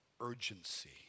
urgency